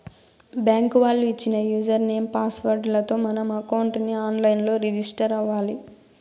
bank వాళ్ళు ఇచ్చిన user name, password లతో మనం అకౌంట్ ని ఆన్ లైన్ లో రిజిస్టర్ అవ్వాలి